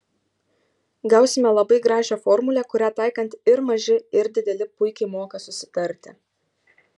gausime labai gražią formulę kurią taikant ir maži ir dideli puikiai moka susitarti